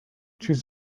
choose